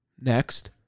Next